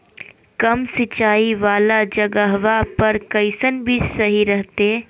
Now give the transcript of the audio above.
कम सिंचाई वाला जगहवा पर कैसन बीज सही रहते?